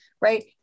right